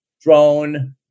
drone